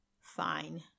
Fine